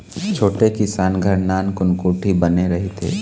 छोटे किसान घर नानकुन कोठी बने रहिथे